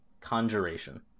conjuration